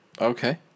Okay